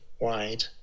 wide